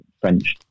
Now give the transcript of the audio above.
French